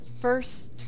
first